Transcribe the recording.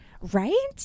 Right